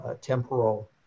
temporal